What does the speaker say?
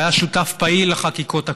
שהיה שותף פעיל לחקיקות הקודמות.